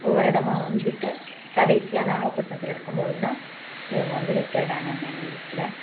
ஒவ்வொரு இடமாக வந்துவிட்டு கடைசியாக நாகப்பட்டினத்தில் இருக்கும் போது தான் இவங்க வந்து ரிட்டேய்டு ஆனாங்க எங்கள் வீட்டில்